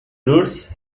routes